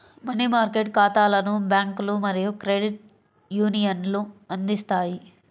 money market ఖాతాలను బ్యాంకులు మరియు క్రెడిట్ యూనియన్లు అందిస్తాయి